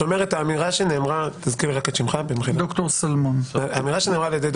האמירה שנאמרה על ידי ד"ר שלמון,